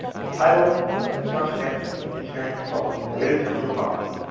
the title of construction management and engineering consulting related to real property,